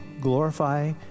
glorify